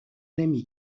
نمی